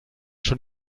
schon